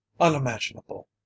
Unimaginable